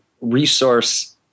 resource